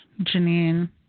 Janine